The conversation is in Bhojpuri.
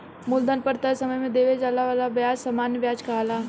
मूलधन पर तय समय में देवे वाला ब्याज सामान्य व्याज कहाला